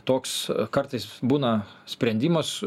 toks kartais būna sprendimas